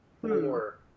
four